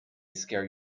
scare